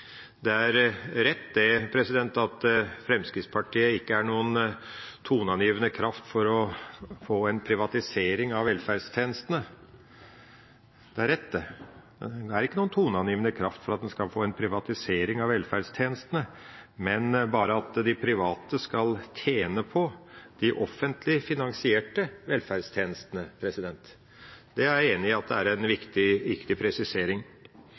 Det er rett at Fremskrittspartiet ikke er noen toneangivende kraft for å få en privatisering av velferdstjenestene – det er rett. De er ikke en toneangivende kraft for å få en privatisering av velferdstjenestene, men for at de private skal tjene på de offentlig finansierte velferdstjenestene. Jeg er enig i at det er en viktig presisering. Representanten Wiborg sa at det ikke er viktig